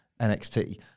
NXT